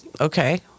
Okay